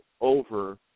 over